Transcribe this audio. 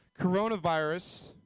coronavirus